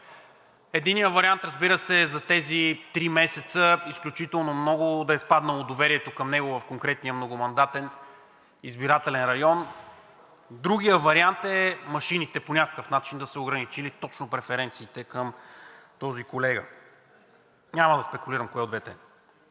Единият вариант, разбира се, е за тези три месеца изключително много да е спаднало доверието към него в конкретния многомандатен избирателен район, другият вариант е машините по някакъв начин да са ограничили точно преференциите към този колега. Няма да спекулирам кое от двете е.